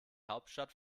hauptstadt